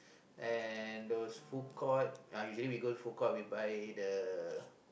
and those food court uh usually we go food court we buy the